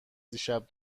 دیشب